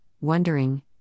wondering